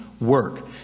work